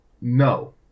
No